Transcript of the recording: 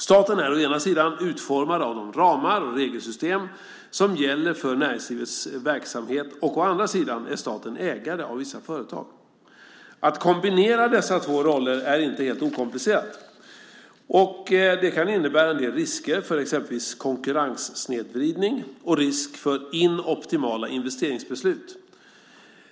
Staten är å ena sidan utformare av de ramar och regelsystem som gäller för näringslivets verksamhet, och å andra sidan är staten ägare av vissa företag. Att kombinera dessa två roller är inte helt okomplicerat, och det kan innebära en del risker för exempelvis konkurrenssnedvridning och inoptimala investeringsbeslut.